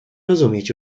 rozumieć